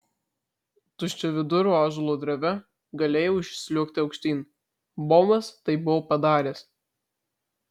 tuščiavidurio ąžuolo dreve galėjai užsliuogti aukštyn bobas tai buvo padaręs